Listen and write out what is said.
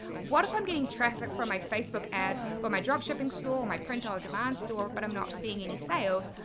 what if i'm getting traffic from my facebook ads for my drop shipping store or my print-on-demand store, but i'm not seeing any sales.